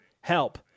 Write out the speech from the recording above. help